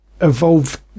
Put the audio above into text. evolved